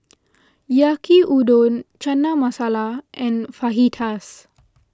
Yaki Udon Chana Masala and Fajitas